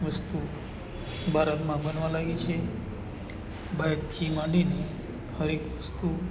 વસ્તુ ભારતમાં બનવા લાગી છે બાઇકથી માંડીને હરએક વસ્તુ